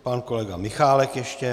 Pan kolega Michálek ještě.